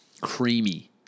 creamy